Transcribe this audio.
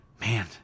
Man